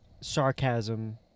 sarcasm